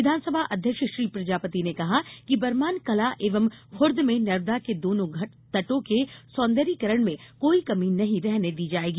विधानसभा अध्यक्ष श्री प्रजापति ने कहा कि बरमान कलां एवं खूर्द में नर्मदा के दोनों तटों के सौंदर्यीकरण में कोई कमी नहीं रहने दी जायेगी